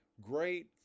great